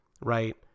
right